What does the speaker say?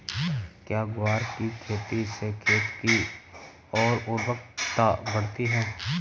क्या ग्वार की खेती से खेत की ओर उर्वरकता बढ़ती है?